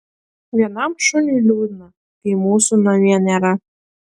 vienam šuniui liūdna kai mūsų namie nėra